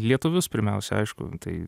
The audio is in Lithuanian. lietuvius pirmiausia aišku tai